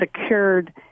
secured